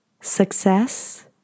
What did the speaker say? Success